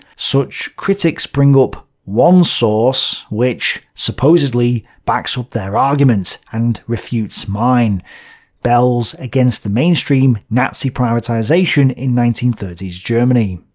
such critics bring up one source which, supposedly, backs up their argument and refutes mine bel's against the mainstream nazi privatization in nineteen thirty s germany.